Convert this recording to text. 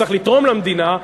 שצריך לתרום למדינה,